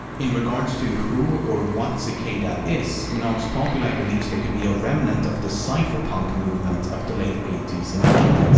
in regards to who or what cicada is, nox populi believes they could be a remnant of the cypherpunk movement of the late eighty s and ninety s.